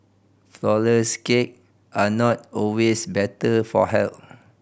flour less cake are not always better for health